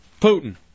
Putin